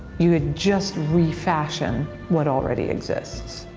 you had just refashioned what already exists.